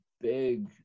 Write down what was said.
big